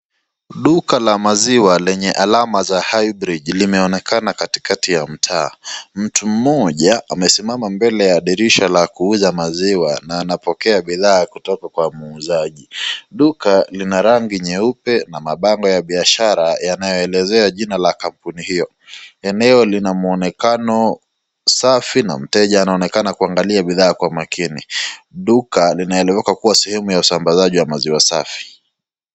Duka la maziwa lenye alama za Highbridge limeonekana katikati ya mtaa. Mtu mmoja amesimama mbele ya dirisha la kuuza maziwa na anapokea bidhaa kutoka kwa muuzaji. Duka lina rangi nyeupe na mabango ya biashara yanayoelezea jina la kampuni hio eneo linamuonekano safi na mteja anaonekana kuangalia bidhaa kwa makini duka linaeleweka kuwa sehemu ya usambazaji wa maziwa safi.